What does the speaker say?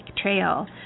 Trail